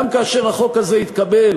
גם כאשר החוק הזה יתקבל,